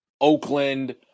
Oakland